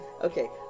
okay